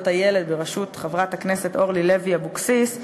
הילד בראשות חברת הכנסת אורלי לוי אבקסיס,